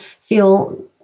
feel